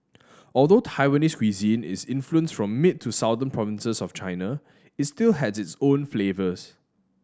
although Taiwanese cuisine is influenced from mid to southern provinces of China it still has its own flavours